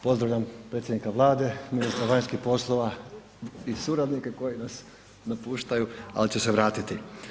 Pozdravljam predsjednika Vlade, ministra vanjskih poslova i suradnike koji nas napuštaju ali će se vratiti.